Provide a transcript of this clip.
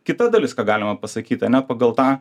kita dalis ką galima pasakyt ane pagal tą